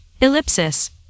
ellipsis